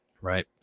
right